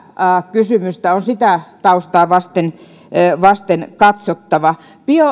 kysymystä on sitä taustaa vasten vasten katsottava